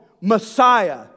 Messiah